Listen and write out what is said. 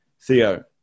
Theo